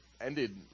ended